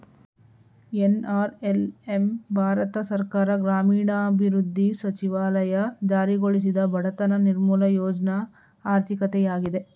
NRLM Bharat ಸರ್ಕಾರ ಗ್ರಾಮೀಣಾಭಿವೃದ್ಧಿ ಸಚಿವಾಲಯ ಜಾರಿಗೊಳಿಸಿದ ಬಡತನ ನಿರ್ಮೂಲ ಯೋಜ್ನ ಆರ್ಥಿಕತೆಯಾಗಿದೆ